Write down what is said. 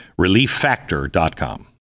ReliefFactor.com